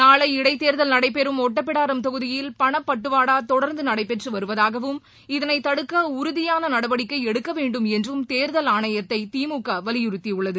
நாளை இடைத்தேர்தல் நடைபெறும் ஒட்டப்பிடாரம் தொகுதியில் பணப்பட்டுவாடா தொடர்ந்து நடைபெற்று வருவதாகவும் இதனை தடுக்க உறுதியான நடவடிக்கை எடுக்க வேண்டும் என்றும் தேர்தல் ஆணையத்தை திமுக வலியுறுத்தியுள்ளது